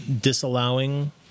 disallowing